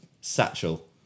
Satchel